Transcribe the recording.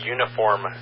Uniform